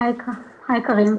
היי קארין,